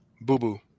boo-boo